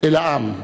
אל העם,